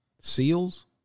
SEALs